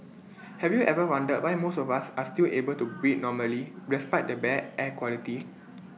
have you ever wondered why most of us are still able to breathe normally despite the bad air quality